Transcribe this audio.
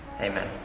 Amen